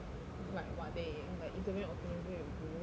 I like what they like instagram automatically remove you